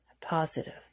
positive